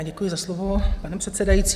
Děkuji za slovo, pane předsedající.